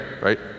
right